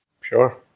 Sure